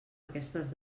aquestes